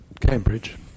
Cambridge